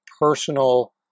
personal